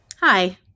Hi